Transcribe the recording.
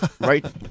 right